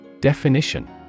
Definition